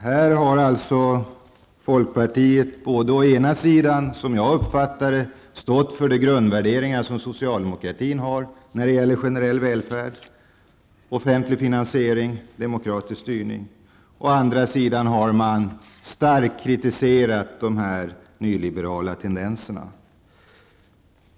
Här har folkpartiet å ena sidan, som jag uppfattar det, stått för de grundvärderingar som socialdemokratin har när det gäller generell välfärd, offentlig finansiering och demokratisk styrning. Å andra sidan har man starkt kritiserat de nyliberala tendenserna.